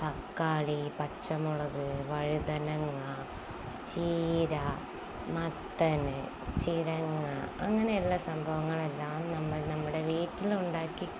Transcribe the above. തക്കാളി പച്ചമുളക് വഴുതനങ്ങ ചീര മത്തന് ചിരങ്ങ അങ്ങനെയുള്ള സംഭവങ്ങളെല്ലാം നമ്മൾ നമ്മുടെ വീട്ടിലുണ്ടാക്കി